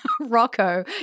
Rocco